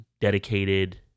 dedicated